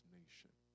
nation